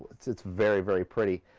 it's it's very, very pretty.